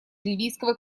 ливийского